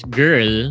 girl